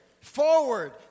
forward